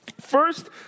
First